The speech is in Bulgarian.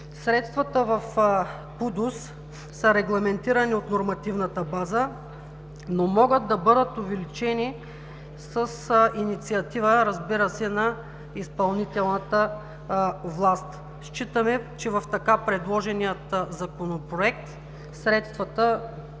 Средствата в ПУДООС са регламентирани от нормативната база, но могат да бъдат увеличени с инициатива, разбира се, на изпълнителната власт. Считаме, че в предложения Законопроект средствата